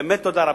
באמת תודה רבה.